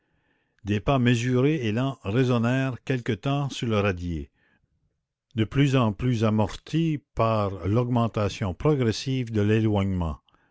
des pas mesurés et lents résonnèrent quelque temps sur le radier de plus en plus amortis par l'augmentation progressive de l'éloignement